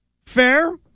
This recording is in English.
Fair